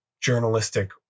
journalistic